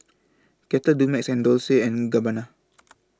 Kettle Dumex and Dolce and Gabbana